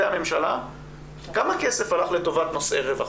הממשלה כמה כסף הלך לטובת נושאי רווחה?